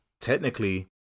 technically